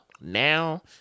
Now